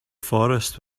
forest